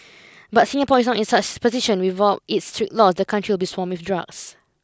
but Singapore is not in such a position without its strict laws the country would be swamped with drugs